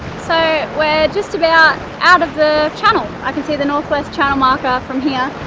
so we're just about out of the channel. i can see the northwest channel marker from here.